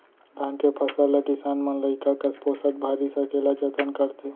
धान के फसल ल किसान मन लइका कस पोसत भारी सकेला जतन करथे